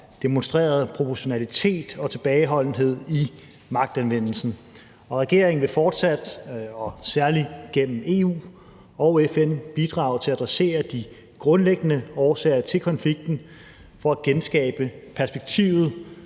demonstrerede proportionalitet og tilbageholdenhed i magtanvendelsen. Regeringen vil fortsat og særlig gennem EU og FN bidrage til at adressere de grundlæggende årsager til konflikten for at genskabe perspektivet